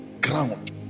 ground